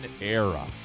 era